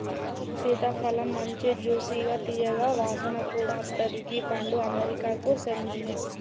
సీతాఫలమ్ మంచి జ్యూసిగా తీయగా వాసన కూడా అత్తది గీ పండు అమెరికాకు సేందింది